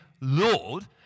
Lord